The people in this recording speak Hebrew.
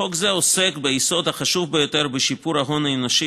חוק זה עוסק ביסוד החשוב ביותר בשיפור ההון האנושי